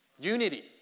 unity